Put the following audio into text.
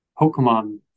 Pokemon